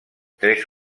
tres